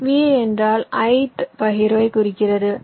Vi என்றால் ith பகிர்வைக் குறிக்கிறது